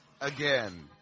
Again